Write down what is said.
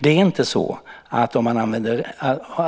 Det är inte så att det skulle vara ett hot mot folkhälsan